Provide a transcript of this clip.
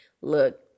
look